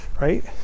right